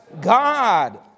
God